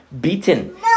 beaten